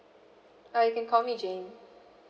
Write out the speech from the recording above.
uh you can call me jane